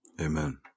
Amen